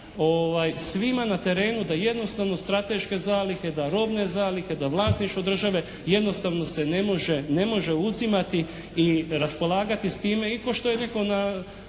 svima na terenu da jednostavno strateške zalihe, da robne zalihe, da vlasništvo države jednostavno se ne može uzimati i raspolagati s time. I kao što je netko